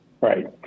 Right